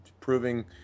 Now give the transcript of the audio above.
proving